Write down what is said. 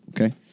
Okay